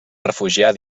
refugiar